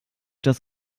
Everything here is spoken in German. das